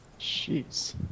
Jeez